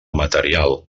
material